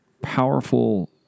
powerful